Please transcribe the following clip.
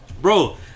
Bro